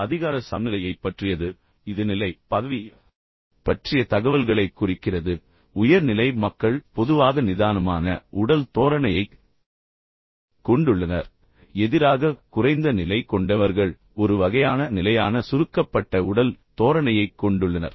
இது அதிகார சமநிலையைப் பற்றியது இது நிலை பதவி பற்றிய தகவல்களைக் குறிக்கிறது உயர் நிலை மக்கள் பொதுவாக நிதானமான உடல் தோரணையைக் கொண்டுள்ளனர் எதிராக குறைந்த நிலை கொண்டவர்கள் ஒரு வகையான நிலையான சுருக்கப்பட்ட உடல் தோரணையைக் கொண்டுள்ளனர்